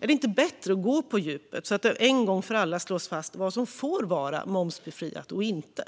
Är det inte bättre att gå på djupet så att det en gång för alla slås fast vad som får vara momsbefriat och inte?